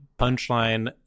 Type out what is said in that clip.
punchline